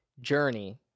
journey